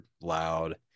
loud